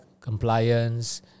compliance